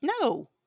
No